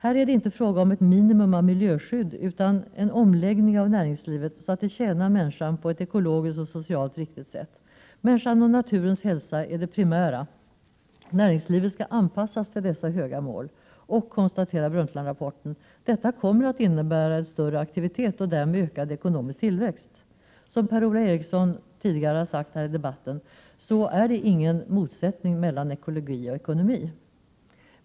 Här är det inte fråga om ett minimum av miljöskydd utan en omläggning av näringslivet så att det tjänar människan på ett ekologiskt och socialt riktigt sätt. Människans och naturens hälsa är det primära, och näringslivet skall anpassas till dessa höga mål. Och, konstateras i Brundtlandrapporten, detta kommer att innebära en större aktivitet och därmed ökad ekonomisk tillväxt. Som Per-Ola Eriksson har sagt tidigare i debatten är det ingen motsättning mellan ekologi och ekonomi.